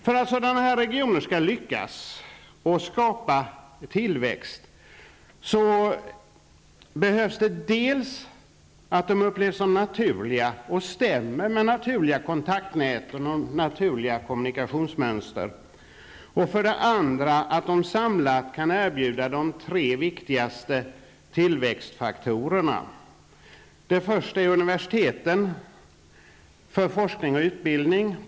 För att sådana här regioner skall lyckas och skapa tillväxt är det dels nödvändigt att de upplevs som naturliga och stämmer med naturliga kontaktnät och kommunikationsmönster, dels också att de sammanlagt kan erbjuda de tre viktigaste tillväxtfaktorerna. Den första är universiteten, för forskning och utbildning.